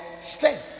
Strength